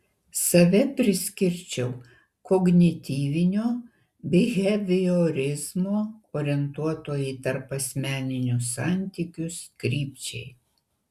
save priskirčiau kognityvinio biheviorizmo orientuoto į tarpasmeninius santykius krypčiai